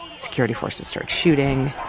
security forces start shooting